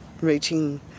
reaching